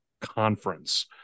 Conference